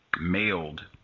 mailed